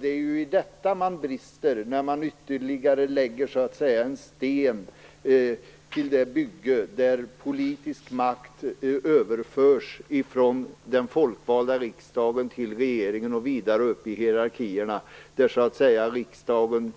Det är ju i detta man brister när man går ytterligare ett steg mot att föra över politisk makt från den folkvalda riksdagen till regeringen och vidare upp i hierarkierna, där riksdagen